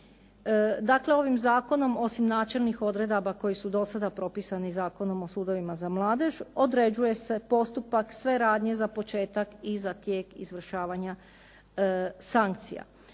Dakle, ovim zakonom osim načelnih odredaba koje su do sada propisane i Zakonom o sudovima za mladež, određuje se postupak, sve radnje za početak i za tijek izvršavanja sankcija.